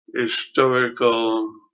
historical